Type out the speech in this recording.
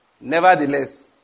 Nevertheless